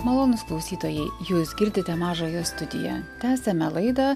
malonūs klausytojai jūs girdite mažąją studiją tęsiame laidą